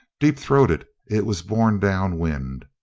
deep throated, it was borne down wind